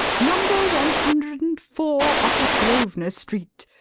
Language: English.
number one hundred and four, upper grosvenor street,